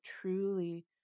truly